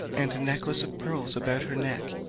and a necklace of pearls about her neck,